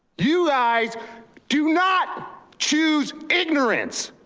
you guys do not choose ignorance.